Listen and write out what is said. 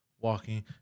walking